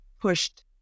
pushed